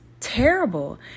terrible